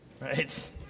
right